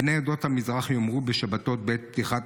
בני עדות המזרח יאמרו בשבתות בעת פתיחת